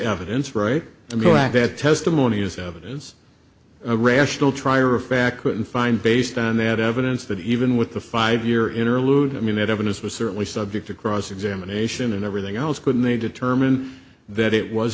evidence right to go at that testimony as evidence a rational trier of fact could find based on that evidence that even with the five year interlude i mean that evidence was certainly subject to cross examination and everything else couldn't they determine that it was